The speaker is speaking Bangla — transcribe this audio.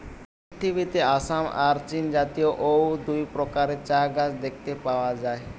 পৃথিবীতে আসাম আর চীনজাতীয় অউ দুই প্রকারের চা গাছ দেখতে পাওয়া যায়